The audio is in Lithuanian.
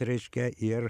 reiškia ir